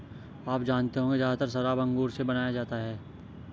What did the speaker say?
आप जानते होंगे ज़्यादातर शराब अंगूर से बनाया जाता है